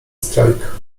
strajk